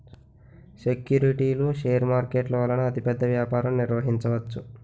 సెక్యూరిటీలు షేర్ మార్కెట్ల వలన అతిపెద్ద వ్యాపారం నిర్వహించవచ్చు